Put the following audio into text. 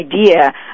idea